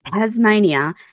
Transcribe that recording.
Tasmania